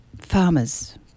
farmers